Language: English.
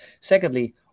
secondly